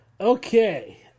Okay